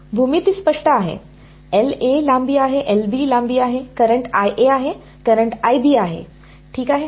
भूमिती स्पष्ट आहे लांबी आहे लांबी आहे करंट आहे करंट आहे ठीक आहे